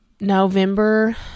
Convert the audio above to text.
November